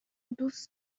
دوست